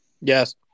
Yes